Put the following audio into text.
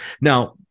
Now